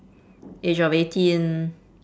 age of eighteen